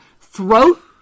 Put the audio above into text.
throat